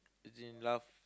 as in love